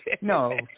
No